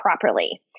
properly